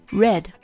red